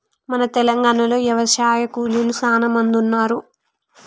మన తెలంగాణలో యవశాయ కూలీలు సానా మంది ఉన్నారు